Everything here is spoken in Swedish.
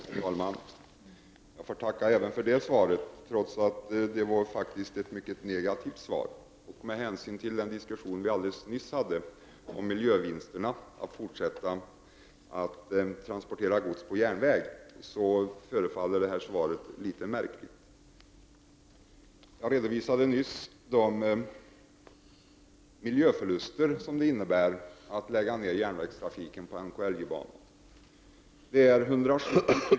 Herr talman! Jag vill tacka även för detta svar, trots att det var ett mycket negativt svar. Med tanke på den diskussion vi hade alldeles nyss om miljövinsterna vid en fortsatt transport av gods på järnväg förefaller detta svar litet märkligt. Jag redovisade nyss de miljöförluster det innebär att lägga ned järnvägstrafiken på NKLJ-banan.